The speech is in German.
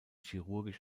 chirurgisch